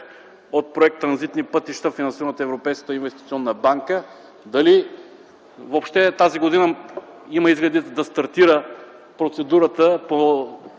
от Проект „Транзитни пътища”, финансиран от Европейската инвестиционна банка? Дали въобще тази година има изгледи да стартира процедурата по